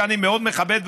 שאני מאוד מכבד,